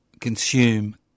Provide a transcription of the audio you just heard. consume